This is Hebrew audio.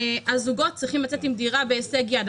והזוגות צריכים להיות עם דירה בהישג יד,